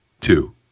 two